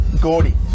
Gordy